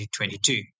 2022